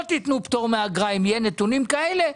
אם לא תתנו פטור מאגרה בנתונים כאלה,